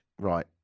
Right